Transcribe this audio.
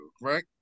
right